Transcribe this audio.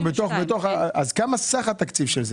כמה סך כל התקציב?